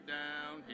down